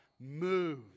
Move